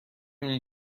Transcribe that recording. این